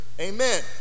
Amen